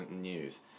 news